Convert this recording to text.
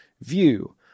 view